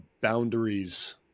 boundaries